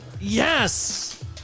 Yes